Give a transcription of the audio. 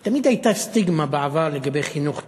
בעבר הייתה תמיד סטיגמה לגבי חינוך טכנולוגי,